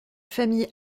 famille